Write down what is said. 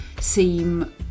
seem